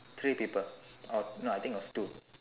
three people or no I think it was two